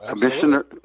commissioner